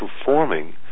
performing